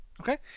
Okay